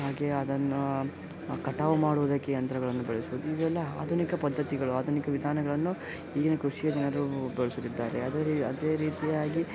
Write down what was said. ಹಾಗೇ ಅದನ್ನು ಕಟಾವು ಮಾಡುವುದಕ್ಕೆ ಯಂತ್ರಗಳನ್ನು ಬಳಸ್ಬೋದು ಇವೆಲ್ಲ ಆಧುನಿಕ ಪದ್ಧತಿಗಳು ಆಧುನಿಕ ವಿಧಾನಗಳನ್ನು ಈಗಿನ ಕೃಷಿಯಲ್ಲಿ ಅದು ಬಳಸುತ್ತಿದ್ದಾರೆ ಅದೇ ರೀ ಅದೇ ರೀತಿಯಾಗಿ